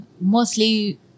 mostly